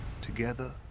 together